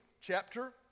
chapter